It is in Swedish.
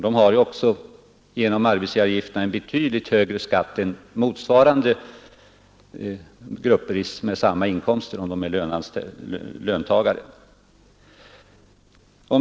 De har också genom arbetsgivaravgifterna en betydligt högre skatt än motsvarande inkomstgrupper bland löntagarna har.